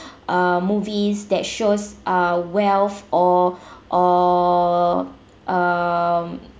uh movies that shows uh wealth or or um